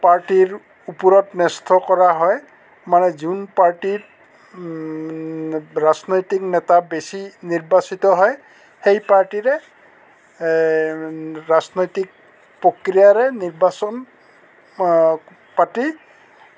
পাৰ্টীৰ ওপৰত কৰা হয় মানে যোন পাৰ্টীৰ ৰাজনৈতিক নেতা বেছি নিৰ্বাচিত হয় সেই পাৰ্টীৰে ৰাজনৈতিক প্ৰক্ৰিয়াৰে নিৰ্বাচন পাতি